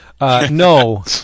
No